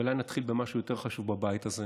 אולי נתחיל במשהו יותר חשוב בבית הזה,